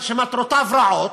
שמטרותיו רעות,